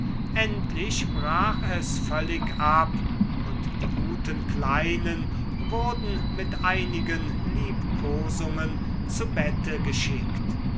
endlich brach es völlig ab und die guten kleinen wurden mit einigen liebkosungen zu bette geschickt